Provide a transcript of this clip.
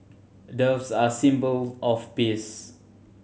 doves are symbol of peace